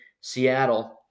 Seattle